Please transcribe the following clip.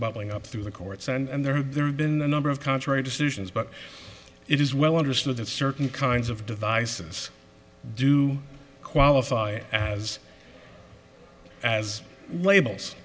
bubbling up through the courts and there have been a number of contrary decisions but it is well understood that certain kinds of devices do qualify as as labels